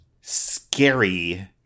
scary